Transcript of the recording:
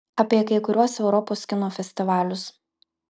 apie kai kuriuos europos kino festivalius